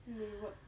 !yay! work